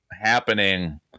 happening